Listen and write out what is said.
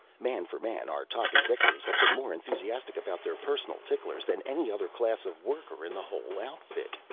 man for man, our top executives have been more enthusiastic about their personal ticklers than any other class of worker in the whole outfit.